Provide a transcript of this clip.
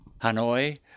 Hanoi